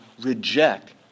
reject